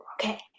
Okay